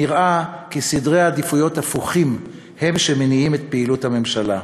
נראה כי סדרי עדיפויות הפוכים הם שמניעים את פעילות הממשלה.